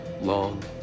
long